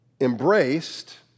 embraced